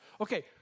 Okay